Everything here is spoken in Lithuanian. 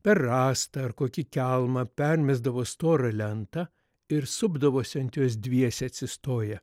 per rąstą ar kokį kelmą permesdavo storą lentą ir supdavosi ant jos dviese atsistoję